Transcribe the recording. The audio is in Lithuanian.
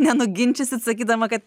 nenuginčysit sakydama kad